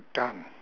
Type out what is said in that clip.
done